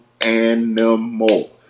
animal